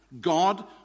God